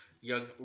young